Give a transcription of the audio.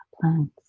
plants